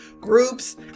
groups